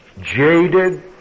jaded